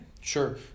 sure